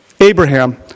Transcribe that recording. Abraham